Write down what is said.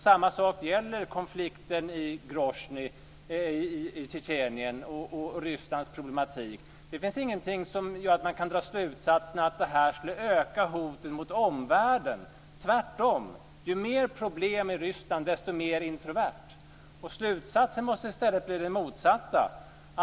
Samma sak gäller konflikten i Groznyj i Tjetjenien och Rysslands problem. Det finns ingenting som gör att man kan dra slutsatsen att det här skulle öka hoten mot omvärlden. Tvärtom, ju mer problem i Ryssland, desto mer introvert blir det. Slutsatsen måste i stället bli den motsatta.